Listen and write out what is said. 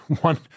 One